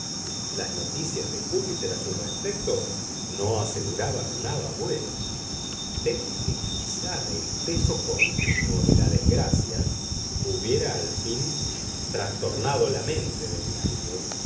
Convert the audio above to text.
las noticias de júpiter a su respecto no auguraban nada bueno temí que quizá el peso continuo de la desgracia hubiera al fin trastornado la mente de mi amigo